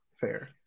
Fair